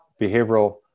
behavioral